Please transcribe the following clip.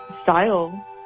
style